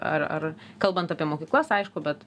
ar ar kalbant apie mokyklas aišku bet